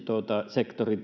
sektori